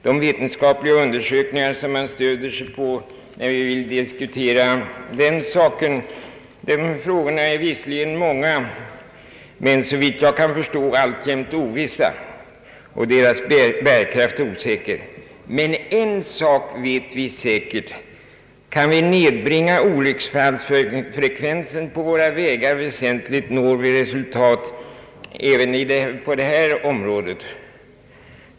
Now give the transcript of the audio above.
De vetenskapliga undersökningar som man kan stödja sig på i dessa frågor är visserligen många men, såvitt jag förstår, alltjämt ovissa och deras bärkraft osäker. En sak vet vi dock säkert: kan vi nedbringa olycksfallsfrekvensen på våra vägar väsentligt, når vi resultat även på detta område.